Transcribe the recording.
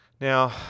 Now